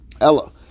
Ella